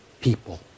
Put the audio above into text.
people